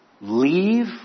leave